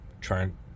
trying